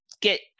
get